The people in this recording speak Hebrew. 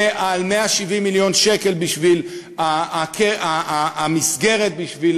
ועל 170 מיליון שקל בשביל המסגרת בשביל